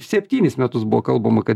septynis metus buvo kalbama kad